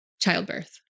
childbirth